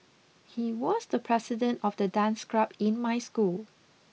he was the president of the dance club in my school